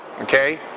Okay